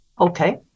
Okay